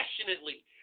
passionately